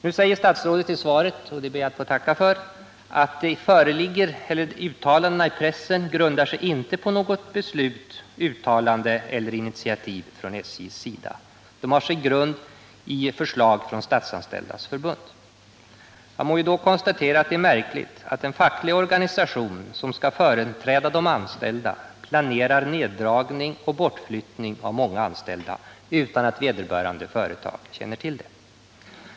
Nu säger statsrådet i svaret — vilket jag ber att få tacka för — att uppgifterna i pressen inte grundar sig på något beslut, uttalande eller initiativ från SJ:s sida. De har sin grund i förslag från Statsanställdas förbund. Jag må då konstatera att det är märkligt att en facklig organisation som skall företräda de anställda planerar neddragning av verksamhet och bortflyttning av många arbetstillfällen utan att vederbörande företag känner till detta.